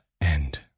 end